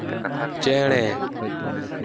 ᱪᱮᱬᱮ